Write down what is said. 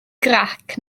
grac